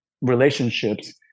relationships